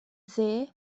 dde